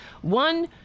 one